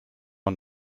und